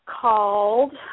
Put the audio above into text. called